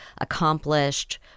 accomplished